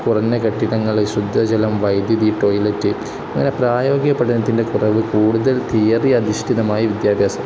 കുറഞ്ഞ കെട്ടിടങ്ങള് ശുദ്ധജലം വൈദ്യുതി ടോയ്ലറ്റ് അങ്ങനെ പ്രായോഗിക പഠനത്തിൻ്റെ കുറവ് കൂടുതൽ തിയറി അധിഷ്ഠിതമായ വിദ്യാഭ്യാസം